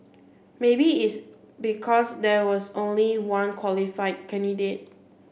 maybe it's because there was only one qualified candidate